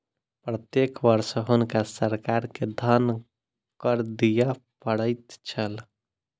प्रत्येक वर्ष हुनका सरकार के धन कर दिअ पड़ैत छल